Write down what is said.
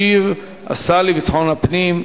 30 נגד, שמונה בעד,